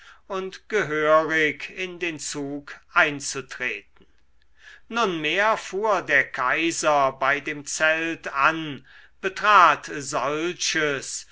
und gehörig in den zug einzutreten nunmehr fuhr der kaiser bei dem zelt an betrat solches